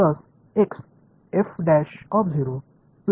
எனவே நான் கணிதத்தை எளிதாக்க வேண்டும்